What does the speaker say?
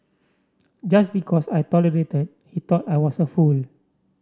just because I tolerated he thought I was a fool